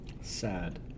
Sad